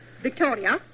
Victoria